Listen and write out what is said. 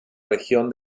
región